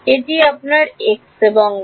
এটি আপনার x এবং y